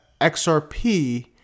XRP